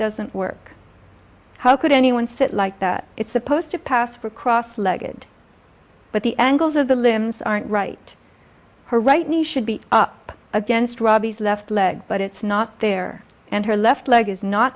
doesn't work how could anyone fit like that it's supposed to pass for a cross legged but the angles of the limbs aren't right her right knee should be up against robbie's left leg but it's not there and her left leg is not